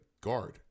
guard